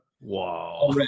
Wow